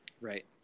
Right